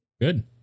Good